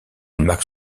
marque